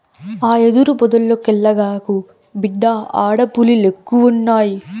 ఆ యెదురు పొదల్లోకెల్లగాకు, బిడ్డా ఆడ పులిలెక్కువున్నయి